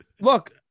Look